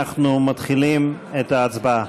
אנחנו מתחילים את ההצבעה.